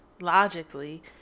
logically